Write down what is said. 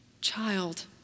Child